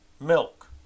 Milk